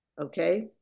okay